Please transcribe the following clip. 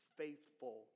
faithful